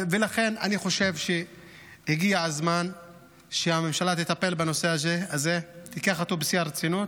לכן אני חושב שהגיע הזמן שהממשלה תטפל בנושא הזה ותיקח אותו ברצינות,